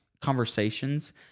conversations